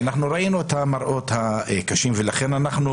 אנחנו ראינו את המראות הקשים ולכן אנחנו